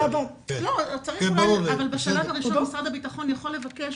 בשלב הראשון משרד הבטחון יכול לבקש,